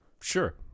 Sure